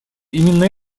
именно